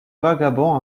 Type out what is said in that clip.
vagabond